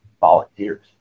volunteers